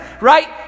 right